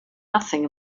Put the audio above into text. nothing